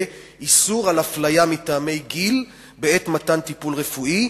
איסור על הפליה מטעמי גיל בעת מתן טיפול רפואי,